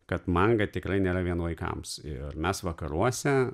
kad manga tikrai nėra vien vaikams ir mes vakaruose